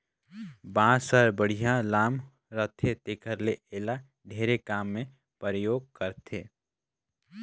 बांस हर बड़िहा लाम रहथे तेखर ले एला ढेरे काम मे परयोग करथे